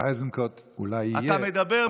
אתה מדבר,